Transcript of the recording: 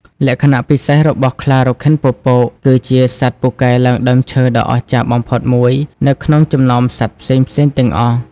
លក្ខណៈពិសេសរបស់ខ្លារខិនពពកគឺជា សត្វពូកែឡើងដើមឈើ ដ៏អស្ចារ្យបំផុតមួយនៅក្នុងចំណោមសត្វផ្សេងៗទាំងអស់។